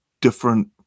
different